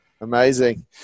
Amazing